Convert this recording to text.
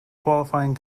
qualifying